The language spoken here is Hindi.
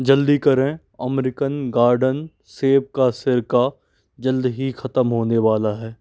जल्दी करें अमरिकन गार्डन सेब का सिरका जल्द ही ख़तम होने वाला है